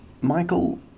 Michael